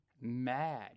mad